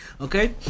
okay